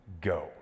go